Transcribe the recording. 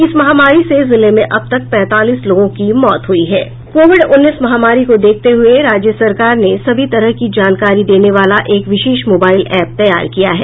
इस महामारी से जिले में अब तक पैंतालीस लोगी की मौत हुई है कोविड उन्नीस महामारी को देखते हुये राज्य सरकार ने सभी तरह की जानकारी देने वाला एक विशेष मोबाइल एप तैयार किया है